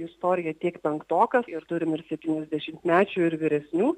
istorija tiek penktokas ir turim ir septyniasdešimtmečių ir vyresnių